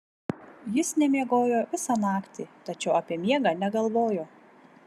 jis nemiegojo visą naktį tačiau apie miegą negalvojo